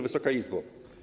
Wysoka Izbo!